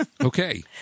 Okay